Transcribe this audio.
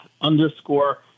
underscore